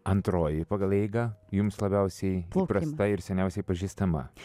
antroji pagal eigą jums labiausiai įprasta ir seniausiai pažįstama